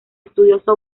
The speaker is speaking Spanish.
estudioso